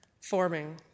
forming